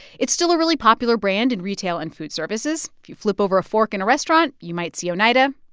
it's still a really popular brand in retail and food services. if you flip over a fork in a restaurant, you might see oneida.